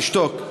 תשתוק.